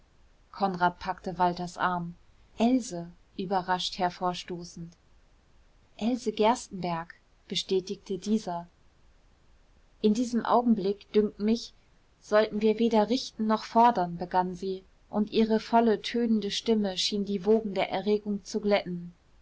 konrad packte walters arm else überrascht hervorstoßend else gerstenbergk bestätigte dieser in diesem augenblick dünkt mich sollten wir weder richten noch fordern begann sie und ihre volle tönende stimme schien die wogen der erregung zu glätten